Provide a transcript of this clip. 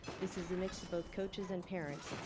this is a mix of both coaches and parents.